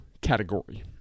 category